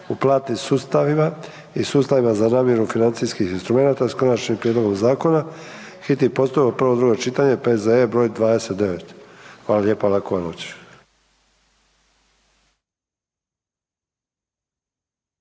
u platnim sustavima i sustavima za namiru financijskih instrumenata, s konačnim prijedlogom zakona, hitni postupak, prvo i drugo čitanje, P.Z.E. br. 29. Hvala lijepa, laku vam noć.